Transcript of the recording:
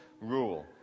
rule